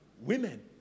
women